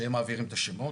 שהם מעבירים את השמות,